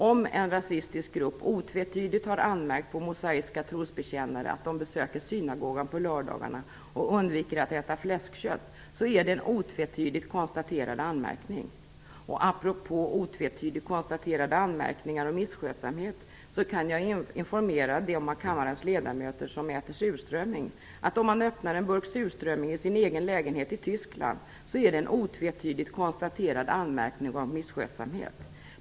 Om en rasistisk grupp otvetydigt har anmärkt på mosaiska trosbekännare att de besöker synagogan på lördagar och undviker att äta fläskkött är det en otvetydigt konstaterad anmärkning. Apropå otvetydigt konstaterade anmärkningar och misskötsamhet kan jag informera dem av kammarens ledamöter som äter surströmming att om man öppnar en burk surströmming i sin egen lägenhet i Tyskland är det en otvetydigt konstaterad anmärkning och misskötsamhet.